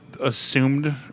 assumed